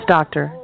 Doctor